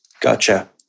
Gotcha